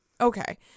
Okay